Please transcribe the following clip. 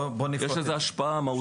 יש לזה השפעה מהותית.